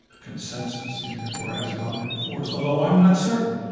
consensus and therefore hasn't gone into force, although i'm not certain.